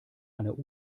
einer